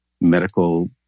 medical